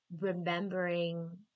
remembering